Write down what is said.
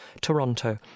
toronto